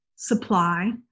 supply